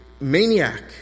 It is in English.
maniac